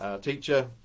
teacher